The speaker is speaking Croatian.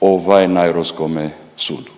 ovaj, na Europskome sudu.